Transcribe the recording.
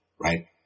right